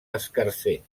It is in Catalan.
escarser